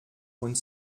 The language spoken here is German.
und